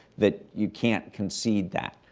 that you can't concede that.